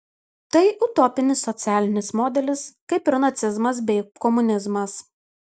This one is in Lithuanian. tai utopinis socialinis modelis kaip ir nacizmas bei komunizmas